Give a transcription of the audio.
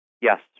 Yes